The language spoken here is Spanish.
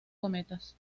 cometas